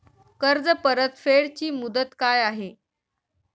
कर्ज परतफेड ची मुदत काय आहे?